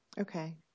Okay